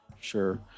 Sure